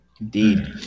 Indeed